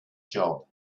job